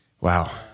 Wow